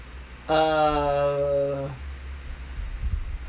uh